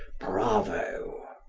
bravo!